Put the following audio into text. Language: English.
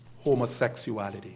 homosexuality